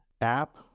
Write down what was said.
app